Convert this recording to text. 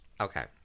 Okay